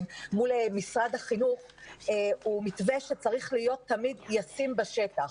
מול משרד החינוך הוא מתווה שצריך להיות תמיד ישים בשטח.